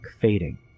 fading